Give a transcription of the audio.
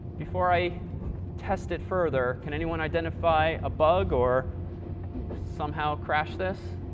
before i test it further, can anyone identify a bug or somehow crash this?